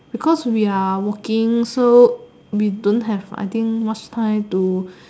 because we are working so we don't have I think much time to